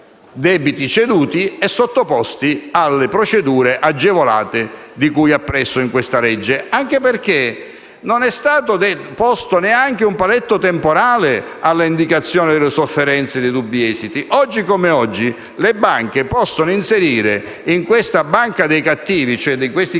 debiti ceduti e sottoposti alle procedure agevolate di cui alle disposizioni in esame, anche perché non è stato posto neanche un paletto temporale alle indicazioni delle sofferenze di dubbi esiti. Oggi come oggi, le banche possono inserire nella cosiddetta banca dei cattivi (ossia tra i crediti